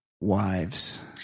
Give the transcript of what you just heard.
Wives